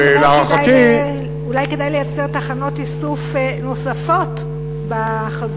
או שאולי כדאי לייצר תחנות איסוף נוספות בחזור,